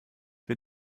wir